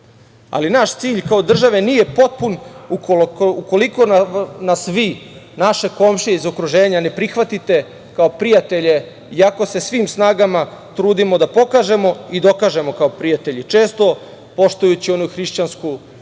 ali naš cilj kao države nije potpuni ukoliko nas sve, naše komšije iz okruženja, ne prihvatite kao prijatelje i ako se svim snagama trudimo da pokažemo i dokažemo kao prijatelji, često poštujući onu hrišćansku misao